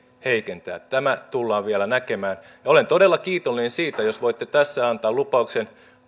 heikentää tämä tullaan vielä näkemään olen todella kiitollinen siitä jos voitte tässä antaa lupauksen